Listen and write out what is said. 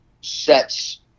sets